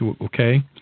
okay